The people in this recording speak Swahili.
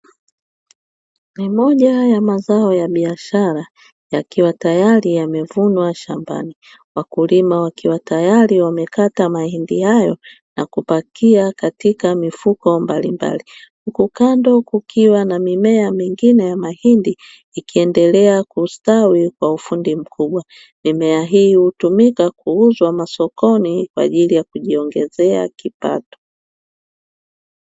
Ni moja ya mazao ya biashara yakiwa tayali yamevunwa shambani, wakulima wakiwa tayali wamekata mahindi hayo na kupakia katika mifuko mbalimbali huku kando kukiwa na mimea mingine ya mahindi ikiendelea kustawi kwa ufundi mkubwa mimea hii hutumika kuuzwa masokoni kwaajili ya kujiongezea kipato.